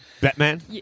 Batman